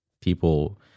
people